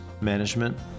management